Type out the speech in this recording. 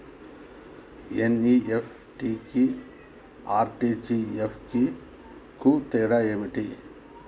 NEFT కి RTGS కు తేడా ఏంటిది?